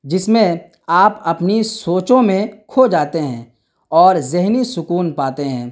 جس میں آپ اپنی سوچوں میں کھو جاتے ہیں اور ذہنی سکون پاتے ہیں